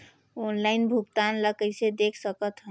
Online भुगतान ल कइसे देख सकथन?